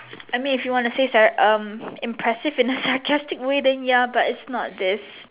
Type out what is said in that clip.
I mean if you want to say sara~ um impressive and sarcastic way then ya but is not this